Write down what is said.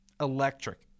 electric